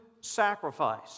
sacrifice